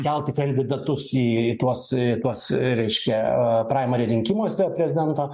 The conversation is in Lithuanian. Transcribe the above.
kelti kandidatus į tuos tuos reiškia praimari rinkimuose prezidento